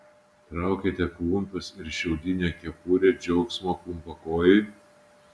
traukiate klumpes ir šiaudinę kepurę džiaugsmo klumpakojui